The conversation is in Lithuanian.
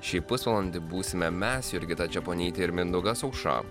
šį pusvalandį būsime mes jurgita čeponytė ir mindaugas aušra